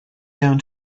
down